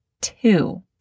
two